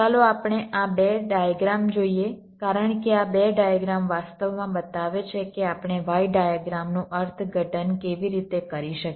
ચાલો આપણે આ 2 ડાયગ્રામ જોઈએ કારણ કે આ 2 ડાયગ્રામ વાસ્તવમાં બતાવે છે કે આપણે Y ડાયગ્રામનું અર્થઘટન કેવી રીતે કરી શકીએ